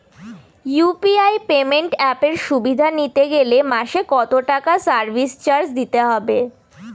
UPI payment অ্যাপের সুবিধা নিতে গেলে মাসে কত টাকা সার্ভিস চার্জ দিতে হবে?